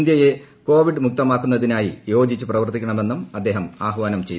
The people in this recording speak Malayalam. ഇന്തൃയെ കോവിഡ് മുക്തമാക്കുന്നതിനായി യോജിച്ച് പ്രവർത്തിക്കണമെന്നും അദ്ദേഹം ആഹ്വാനം ചെയ്തു